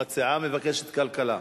המציעה מבקשת כלכלה.